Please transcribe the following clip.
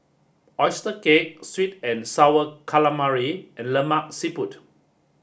Oyster Cake Sweet and Sour Calamari and Lemak Siput